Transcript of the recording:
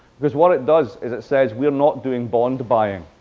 because what it does is it says, we're not doing bond buying,